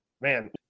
man